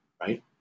right